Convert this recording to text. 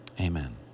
amen